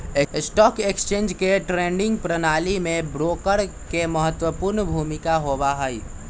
stock exchange के trading प्रणाली में ब्रोकर के महत्वपूर्ण भूमिका होबा हई